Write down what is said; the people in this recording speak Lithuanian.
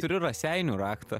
turiu raseinių raktą